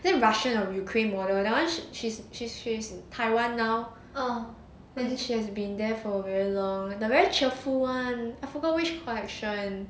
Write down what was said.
think russia or ukraine model that one she she's she's in taiwan now then she has been there for very long the very cheerful [one] I forgot which collection